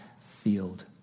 field